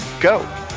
go